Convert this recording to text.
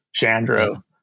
Shandro